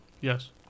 yes